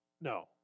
No